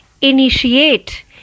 initiate